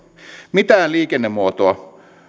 mitään liikennemuotoa